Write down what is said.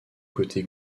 côté